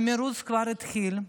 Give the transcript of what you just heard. המרוץ כבר התחיל,